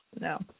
no